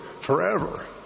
forever